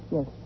Yes